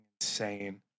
insane